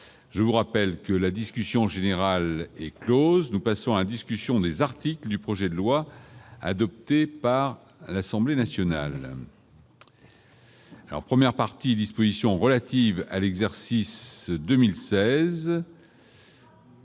je vous rappelle que la discussion générale est Close, nous passons à la discussion des articles du projet de loi adopté par l'Assemblée nationale. En première partie, dispositions relatives à l'exercice 2016.